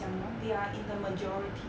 you know they are in the majority